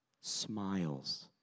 Smiles